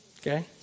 Okay